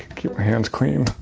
keep my hands clean.